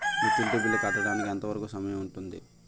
Utility bill కట్టడానికి ఎంత వరుకు సమయం ఉంటుంది?